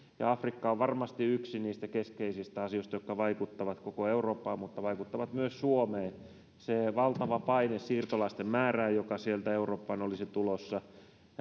ja afrikka on varmasti yksi niistä keskeisistä asioista jotka vaikuttavat koko eurooppaan mutta vaikuttavat myös suomeen se valtava paine siirtolaisten määrään joka sieltä eurooppaan olisi tulossa